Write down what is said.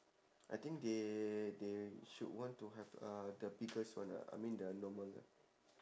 I think they they should want to have uh the biggest one lah I mean the normal one